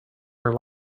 her